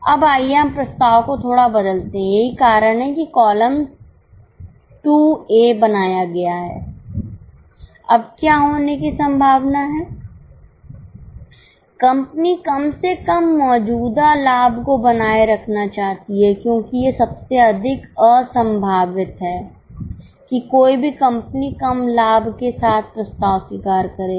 अब आइए हम प्रस्ताव को थोड़ा बदलते हैं यही कारण है कि कॉलम 2 ए बनाया गया है अब क्या होने की संभावना है कंपनी कम से कम मौजूदा लाभ को बनाए रखना चाहती है क्योंकि यह सबसे अधिक असंभावित है कि कोई भी कंपनी कम लाभ के साथ प्रस्ताव स्वीकार करेगी